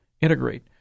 integrate